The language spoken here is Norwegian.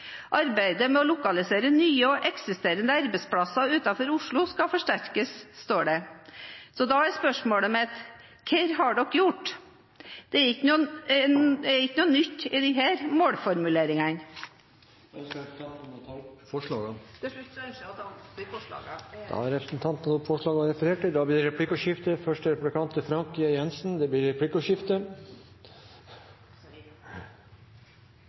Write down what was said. arbeidet med å lokalisere nye og eksisterende arbeidsplasser utenfor Oslo skal forsterkes. Da er spørsmålet mitt: Hva har de gjort? Det er jo ikke noe nytt i disse målformuleringene. Til slutt ønsker jeg å ta opp Senterpartiets forslag i innstillingen. Representanten Heidi Greni har tatt opp de forslagene hun refererte til. Det blir replikkordskifte. Når man hører på Senterpartiets innlegg, både i kommunereformdebatter og i regionreformdebatter, kan det